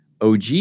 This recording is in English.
OG